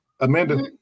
Amanda